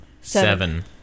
Seven